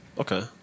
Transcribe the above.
Okay